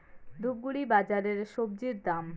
ধূপগুড়ি বাজারের স্বজি দাম?